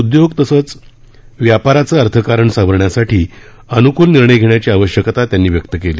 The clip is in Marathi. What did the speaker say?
उदयोग तसंच व्यापाराचं अर्थकारण सावरण्यासाठी अन्कूल निर्णय घेण्याची आवश्यकता त्यांनी व्यक्त केली